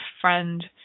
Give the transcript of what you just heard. friend